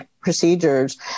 procedures